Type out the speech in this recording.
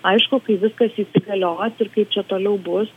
aišku kai viskas įsigalios ir kaip čia toliau bus